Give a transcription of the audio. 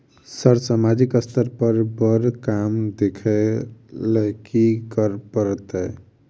Sir सामाजिक स्तर पर बर काम देख लैलकी करऽ परतै?